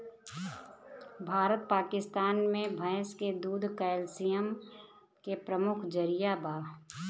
भारत पकिस्तान मे भैंस के दूध कैल्सिअम के प्रमुख जरिआ बा